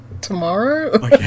tomorrow